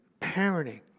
parenting